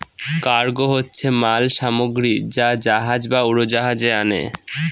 cargo হচ্ছে মাল সামগ্রী যা জাহাজ বা উড়োজাহাজে আনে